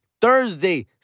Thursday